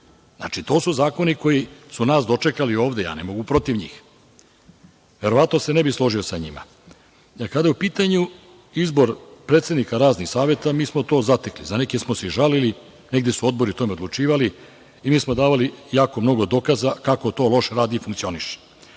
centar. To su zakoni koji su nas dočekali ovde, ja ne mogu protiv njih. Verovatno se ne bih složio sa njima. Kada je u pitanju izbor predsednika raznih saveta, mi smo to zatekli. Za neke smo se i žalili, negde su odbori o tome odlučivali i mi smo davali jako mnogo dokaza kako to loše radi i funkcioniše. Ekskurzije